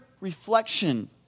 reflection